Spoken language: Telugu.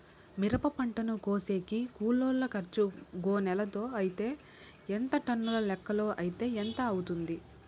మిరప పంటను కోసేకి కూలోల్ల ఖర్చు గోనెలతో అయితే ఎంత టన్నుల లెక్కలో అయితే ఎంత అవుతుంది?